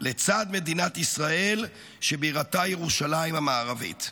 לצד מדינת ישראל שבירתה ירושלים המערבית,